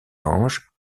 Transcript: ange